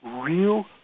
real